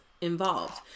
involved